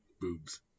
boobs